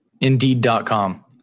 Indeed.com